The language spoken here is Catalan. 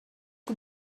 que